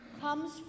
comes